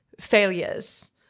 failures